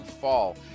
fall